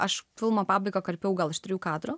aš filmo pabaigą karpiau gal iš trijų kadrų